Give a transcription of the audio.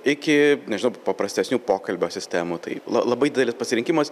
iki nežinau paprastesnių pokalbio sistemų tai la labai didelis pasirinkimas